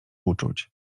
uczuć